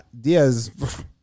Diaz